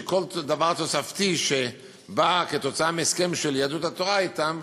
שכל דבר תוספתי שבא מהסכם של יהדות התורה אתם,